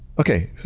okay,